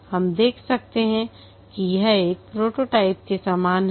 हम देख सकते हैं कि यह एक प्रोटोटाइप के समान है